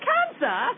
Cancer